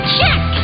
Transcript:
Check